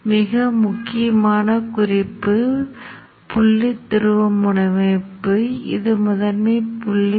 வெளியீட்டுப் பக்கம் தரைத் திறனில் இல்லை என்பதை நீங்கள் நினைவில் கொள்ள வேண்டும் ஏனெனில் அது முதன்மை பக்கத்திலிருந்து தனிமைப்படுத்தப்பட்டுள்ளது